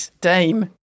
dame